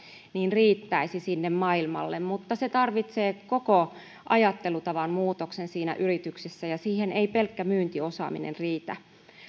riittäisi sinne maailmalle mutta se vaatii koko ajattelutavan muutoksen siinä yrityksessä ja siihen ei pelkkä myyntiosaaminen riitä